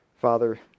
Father